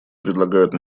предлагают